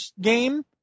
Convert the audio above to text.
game